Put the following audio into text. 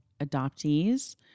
adoptees